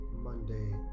Monday